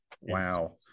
Wow